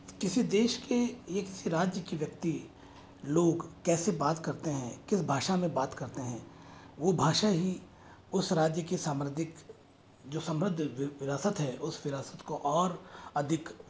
किसी देश के एक से राज्य के व्यक्ति लोग कैसे बात करते हैं किस भाषा में बात करते हैं वह भाषा ही उस राज्य के समृद्धिक जो समृद्ध विरासत है उस विरासत को और अधिक